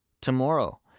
Tomorrow